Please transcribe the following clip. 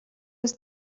was